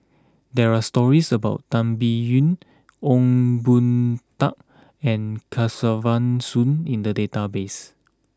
there are stories about Tan Biyun Ong Boon Tat and Kesavan Soon in the database